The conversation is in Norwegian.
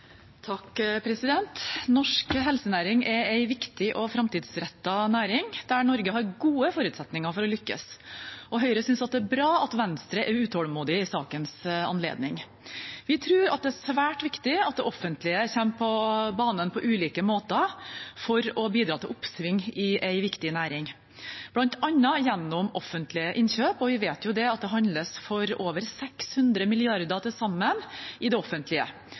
det er bra at Venstre er utålmodig i sakens anledning. Vi tror det er svært viktig at det offentlige kommer på banen på ulike måter for å bidra til oppsving i en viktig næring, bl.a. gjennom offentlige innkjøp. Vi vet at det handles for over 600 mrd. kr til sammen i det offentlige,